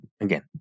Again